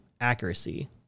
accuracy